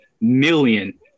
million